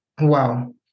Wow